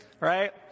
right